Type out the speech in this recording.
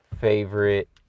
favorite